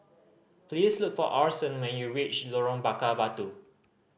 please look for Orson when you reach Lorong Bakar Batu